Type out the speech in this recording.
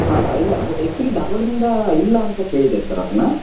ಹಾಂ ಇಲ್ಲ ಹೊ ಆ್ಯಕ್ಚುಲಿ ಧಾರವಾಡ್ದಿಂದ ಇಲ್ಲ ಅಂತ ಕೇಳಿದ್ದೆ ಸರ್ ಅದನ್ನ